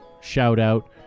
shout-out